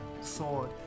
sword